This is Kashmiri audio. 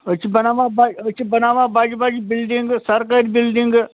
أسۍ چھِ بَناوان بَے أسۍ چھِ بَناوان بَجہِ بَجہِ بِلڈِنٛگہٕ سَرکٲرۍ بِلڈِنٛگہٕ